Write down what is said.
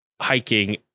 hiking